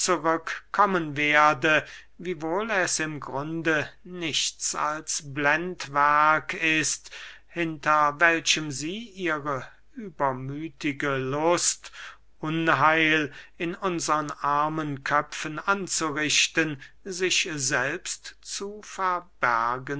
kommen werde wiewohl es im grunde nichts als blendwerk ist hinter welchem sie ihre übermüthige lust unheil in unsern armen köpfen anzurichten sich selbst zu verbergen